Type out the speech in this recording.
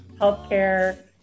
healthcare